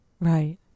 Right